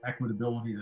equitability